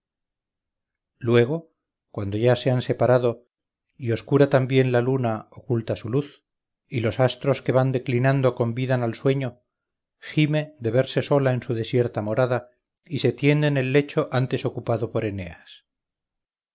luego cuando ya se han separado y oscura también la luna oculta su luz y los astros que van declinando convidan al sueño gime de verse sola en su desierta morada y se tiende en el lecho antes ocupado por eneas